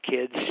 Kids